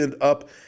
up